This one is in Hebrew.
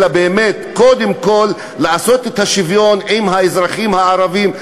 אלא באמת קודם כול לעשות את השוויון עם האזרחים הערבים,